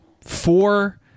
four